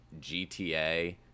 GTA